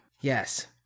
Yes